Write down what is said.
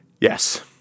Yes